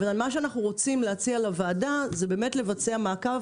מה שאנחנו רוצים להציע לוועדה זה באמת לבצע מעקב